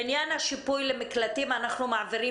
בעניין השיפוי למקלטים אנחנו מעבירים